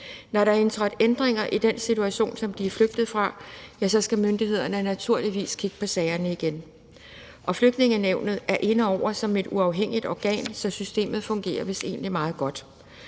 Når der er indtrådt ændringer i den situation, som de er flygtet fra, ja, så skal myndighederne naturligvis kigge på sagerne igen. Og Flygtningenævnet er inde over som et uafhængigt organ, så systemet fungerer vist egentlig meget godt.